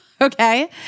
Okay